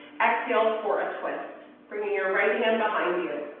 exhale for a twist bringing your right hand behind you.